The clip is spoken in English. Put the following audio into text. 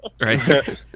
Right